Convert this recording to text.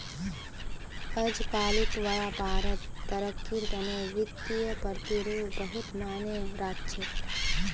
अजकालित व्यापारत तरक्कीर तने वित्तीय प्रतिरूप बहुत मायने राख छेक